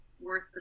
worth